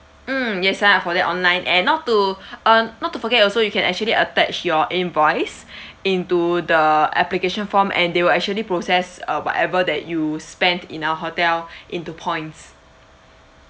mm yes lah for that online and not to uh not to forget also you can actually attach your invoice into the application form and they will actually process err whatever that you spent in our hotel into points